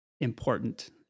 important